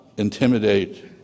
intimidate